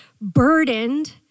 burdened